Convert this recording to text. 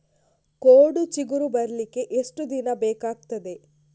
ಕೋಡು ಚಿಗುರು ಬರ್ಲಿಕ್ಕೆ ಎಷ್ಟು ದಿನ ಬೇಕಗ್ತಾದೆ?